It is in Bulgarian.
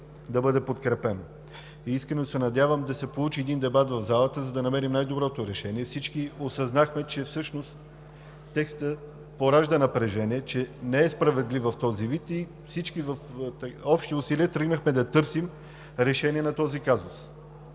да бъде подкрепено. Искрено се надявам да се получи един дебат в залата, за да намерим най-доброто решение. Всички осъзнахме, че всъщност текстът поражда напрежение, че не е справедлив в този вид и всички с общи усилия тръгнахме да търсим решение на този казус